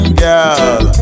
girl